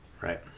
right